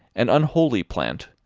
an unholy plant,